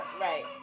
right